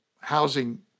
housing